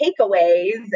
takeaways